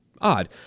odd